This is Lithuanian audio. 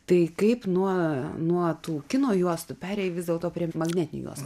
tai kaip nuo nuo tų kino juostų perėjai vis dėlto prie magnetinių juostų